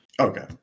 Okay